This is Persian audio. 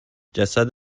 جسد